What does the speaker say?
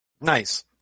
Nice